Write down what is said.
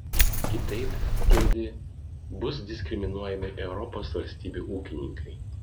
kitaip girdi bus diskriminuojami europos valstybių ūkininkai